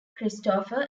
christopher